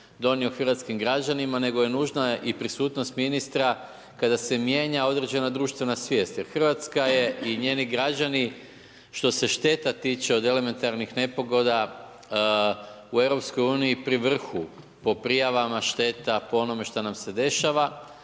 donio hrvatskim građanima nego nužna je i prisutnost ministra kada se mijenja određena društvena svijest jer Hrvatska je, i njeni građani što se šteta tiče od elementarnih nepogoda u EU-u pri vrhu po prijavama šteta, po onome šta nam se dešava